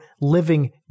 living